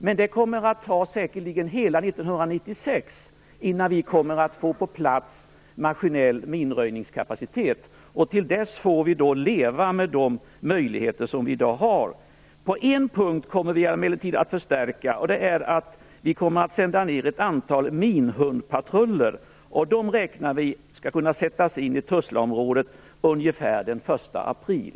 Men det kommer säkerligen att ta hela 1996 innan vi kommer att få maskinell minröjningskapacitet på plats. Till dess får vi leva med de möjligheter som vi i dag har. På en punkt kommer vi emellertid att förstärka. Vi kommer att sända ned ett antal minhundpatruller. De räknar vi skall kunna sättas in i Tuzlaområdet ungefär den 1 april.